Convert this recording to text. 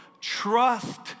Trust